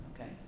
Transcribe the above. okay